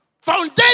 Foundation